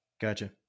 gotcha